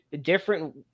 different